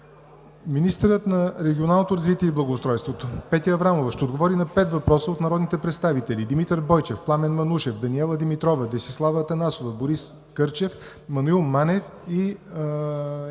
министърът на регионалното развитие и благоустройството Петя Аврамова ще отговори на пет въпроса от народните представители Димитър Бойчев, Пламен Манушев, Даниела Димитрова, Десислава Атанасова, Борис Кърчев, Мануил Манев и Иван